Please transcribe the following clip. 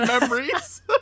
memories